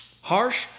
Harsh